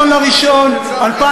ב-1 בינואר 2015,